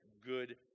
good